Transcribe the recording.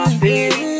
baby